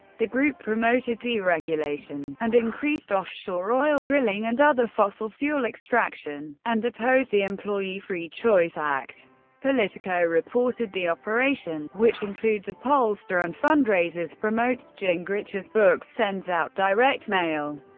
the group promoted deregulation and increased offshore oil drilling and other fossil-fuel extraction and opposed the employee free choice act politico reported, the operation, which includes a pollster and fundraisers, promotes gingrich's books, sends out direct mail,